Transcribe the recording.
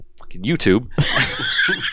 YouTube